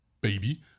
baby